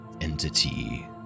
Entity